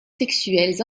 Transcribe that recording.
sexuels